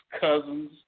cousins